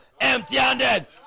empty-handed